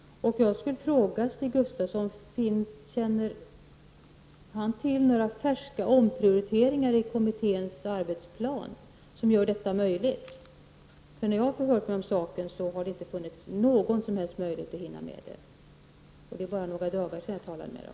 Känner Stig Gustafsson till några första omprioriteringar i kommitténs arbetsplan som gör detta möjligt? När jag har förhört mig om saken har det inte funnits någon som helst möjlighet att hinna med. Det är bara några dagar sedan jag fick höra det.